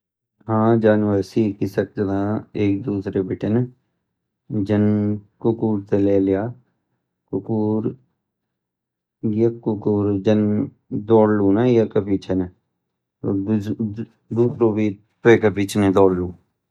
हाँ जानवर सीख वी सकदा एक दूसरे बिटन जन कुक्कुर ते ले लिया यो कुक्कुर ना जन दौड़लू ना या का पीछे तो दुसरु हि द्वे का पीछन ही दौड़लु